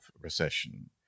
recession